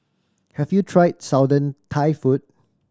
have you tried Southern Thai food